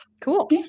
Cool